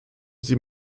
sie